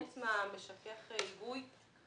חוץ מהמשכך היגוי,